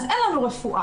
אז אין לנו רפואה.